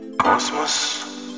cosmos